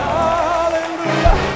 hallelujah